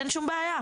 אין שום בעיה,